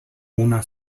una